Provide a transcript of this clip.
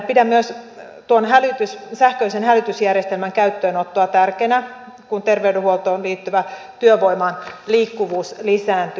pidän myös tuon sähköisen hälytysjärjestelmän käyttöönottoa tärkeänä kun terveydenhuoltoon liittyvän työvoiman liikkuvuus lisääntyy